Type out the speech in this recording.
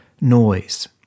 noise